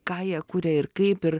ką jie kuria ir kaip ir